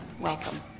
Welcome